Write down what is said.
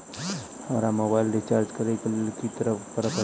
हमरा mobile recharge करऽ केँ लेल की करऽ पड़त?